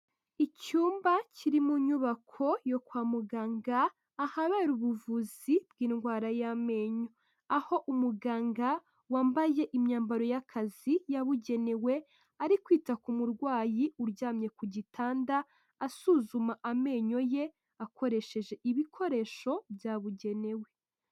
Icyumba kiri mu nyubako yo kwa muganga ahabera ubuvuzi bw'indwara y'amenyo aho umuganga wambaye imyambaro y'akazi yabugenewe ari kwita ku murwayi uryamye ku gitanda asuzuma amenyo ye akoresheje ibikoresho byabugenewe.